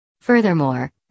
Furthermore